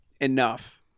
enough